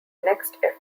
next